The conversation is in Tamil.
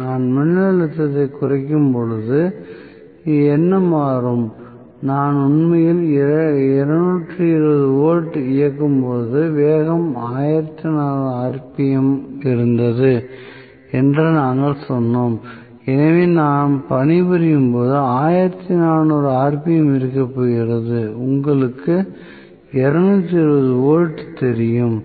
நான் மின்னழுத்தத்தைக் குறைக்கும்போது என்ன மாறும் நான் உண்மையில் 220 வோல்ட் இயக்கும்போது வேகம் 1400 rpm இருந்தது என்று நாங்கள் சொன்னோம் எனவே நாம் பணிபுரியும் போது 1400 rpm இருக்கப் போகிறது உங்களுக்கு 220 வோல்ட் தெரியும்